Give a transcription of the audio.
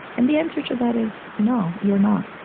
and the answer to that is no, you're not.